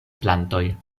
plantoj